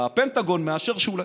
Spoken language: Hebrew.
הפנטגון מאשר שהוא,